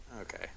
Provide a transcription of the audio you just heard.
Okay